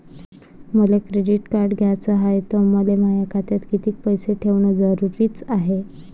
मले credit card घ्याचं हाय, त मले माया खात्यात कितीक पैसे ठेवणं जरुरीच हाय?